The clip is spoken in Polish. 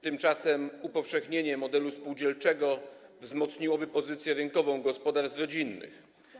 Tymczasem upowszechnienie modelu spółdzielczego wzmocniłoby pozycję rynkową gospodarstw rodzinnych.